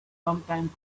sometimes